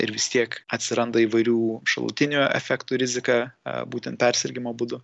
ir vis tiek atsiranda įvairių šalutinių efektų rizika a būtent persirgimo būdu